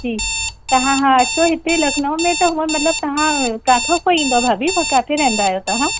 जी तव्हां हा अचो हिते लखनऊ में त हूंअ मतिलब तव्हां किथा खां ईंदा भाभी पोइ किथे रहंदा आहियो तव्हां